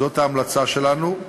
זאת ההמלצה שלנו,